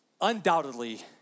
Undoubtedly